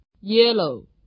yellow